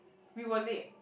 we were late